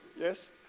Yes